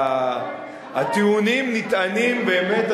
הטיעונים נטענים באמת,